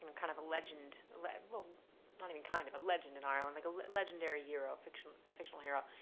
and kind of a legend legend well, not even kind of, a legend in ireland, like a legendary hero, fictional ah fictional hero,